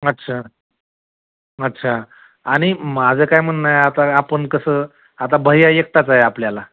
अच्छा अच्छा आणि माझं काय म्हणणं आहे आता आपण कसं आता भय्या एकटाच आहे आपल्याला